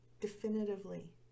definitively